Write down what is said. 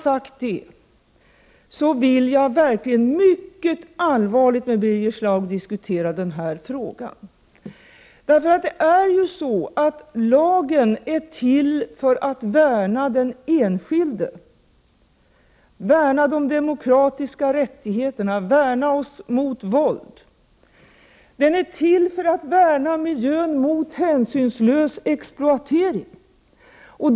Jag vill verkligen mycket allvarligt diskutera denna fråga med Birger Schlaug. Lagen är till för att värna den enskilde, värna de demokratiska rättigheterna, värna oss mot våld. Den är till för att värna miljön mot hänsynslös exploatering.